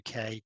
UK